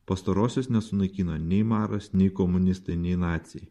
pastarosios nesunaikino nei maras nei komunistai nei naciai